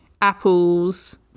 apples